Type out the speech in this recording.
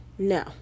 No